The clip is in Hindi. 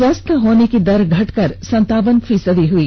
स्वस्थ होने की दर घटकर संतावन फीसदी हई